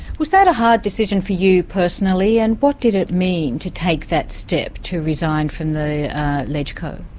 was that a hard decision for you personally, and what did it mean to take that step to resign from the leg. co?